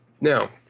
Now